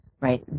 right